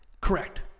correct